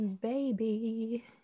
baby